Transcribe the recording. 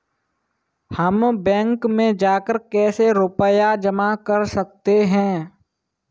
हम बैंक में जाकर कैसे रुपया जमा कर सकते हैं?